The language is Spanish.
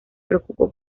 preocupó